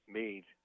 made